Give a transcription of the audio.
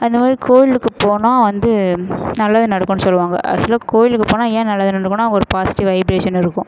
அந்த மாதிரி கோயிலுக்கு போனால் வந்து நல்லது நடக்கும்னு சொல்லுவாங்க ஆக்ஸுவலாக கோயிலுக்கு போனால் ஏன் நல்லது நடக்கும்னால் அங்கே ஒரு பாசிட்டிவ் வைப்ரேஷன் இருக்கும்